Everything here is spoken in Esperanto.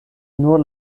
nur